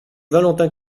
valentin